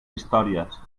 històries